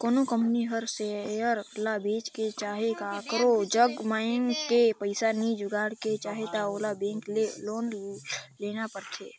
कोनो कंपनी हर सेयर ल बेंच के चहे काकरो जग मांएग के पइसा नी जुगाड़ के चाहे त ओला बेंक ले लोन लेना परथें